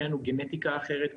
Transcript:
אין לנו גנטיקה אחרת,